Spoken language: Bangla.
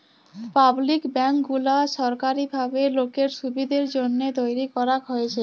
পাবলিক ব্যাঙ্ক গুলা সরকারি ভাবে লোকের সুবিধের জন্যহে তৈরী করাক হয়েছে